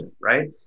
right